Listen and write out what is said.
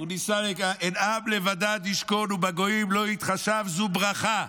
"הן עם לבדד ישכן ובגויים לא יתחשב" זאת ברכה.